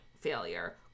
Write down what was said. failure